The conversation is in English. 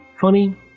Funny